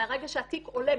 מרגע שהתיק עולה,